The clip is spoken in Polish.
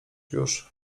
już